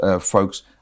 folks